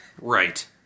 Right